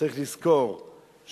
צריך לזכור שחייהם